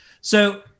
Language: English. So-